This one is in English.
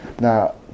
Now